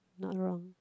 not wrong